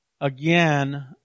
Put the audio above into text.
again